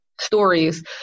stories